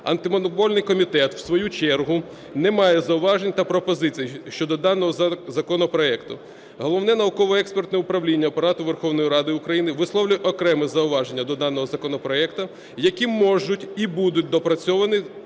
Антимонопольний комітет в свою чергу не має зауважень та пропозицій щодо даного законопроекту. Головне науково-експертне управління Апарату Верховної Ради України висловлює окреме зауваження до даного законопроекту, які можуть і будуть доопрацьовані